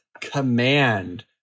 command